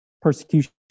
persecution